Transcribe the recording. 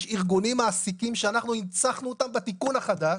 יש ארגוני מעסיקים שאנחנו הנצחנו אותם בתיקון החדש